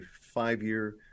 five-year